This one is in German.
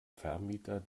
vermieter